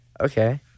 okay